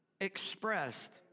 expressed